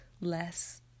less